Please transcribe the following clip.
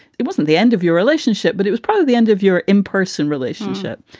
it wasn't the end of your relationship, but it was probably the end of your in-person relationship.